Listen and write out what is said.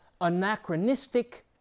anachronistic